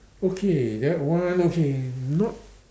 okay that one okay not